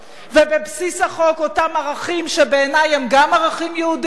בבסיס החוק אותם ערכים שבעיני הם גם ערכים יהודיים,